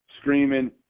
screaming